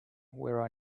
where